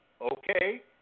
okay